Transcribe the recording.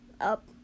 up